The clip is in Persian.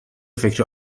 فکر